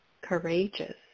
courageous